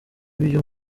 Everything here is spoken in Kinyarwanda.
ibyo